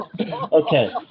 Okay